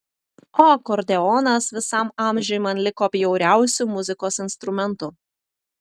o akordeonas visam amžiui man liko bjauriausiu muzikos instrumentu